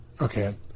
okay